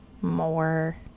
more